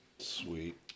Sweet